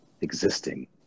existing